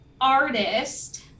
artist